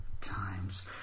times